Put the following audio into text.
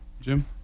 Jim